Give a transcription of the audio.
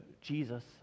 Jesus